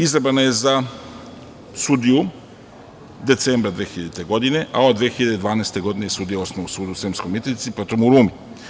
Izabrana je za sudiju decembra 2000. godine, a od 2012. godine je sudija Osnovnog suda u Sremskoj Mitrovici, potom u Rumi.